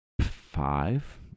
five